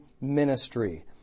ministry